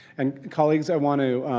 and colleagues, i want to